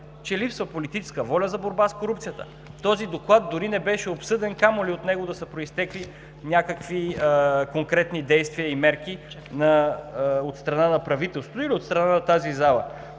че липсва политическа воля за борба с корупцията. Този доклад дори не беше обсъден, камо ли от него да са произтекли някакви конкретни действия и мерки от страна на правителството или от страна на тази зала.